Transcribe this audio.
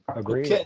agree. yeah